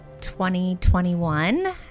2021